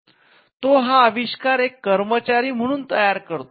तो हा अविष्कार एक कर्मचारी म्हणून तयार करतो